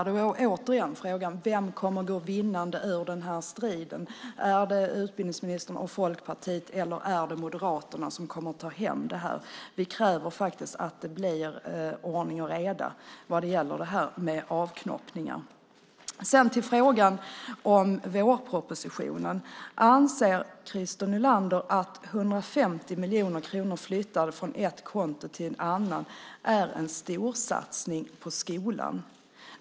Då är återigen frågan: Vem kommer att gå vinnande ur striden? Är det utbildningsministern och Folkpartiet eller är det Moderaterna som kommer att ta hem det här? Vi kräver att det blir ordning och reda när det gäller avknoppning. Sedan till frågan om vårpropositionen - anser Christer Nylander att 150 miljoner kronor flyttade från ett konto till ett annat är en storsatsning på skolan?